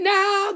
now